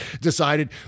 decided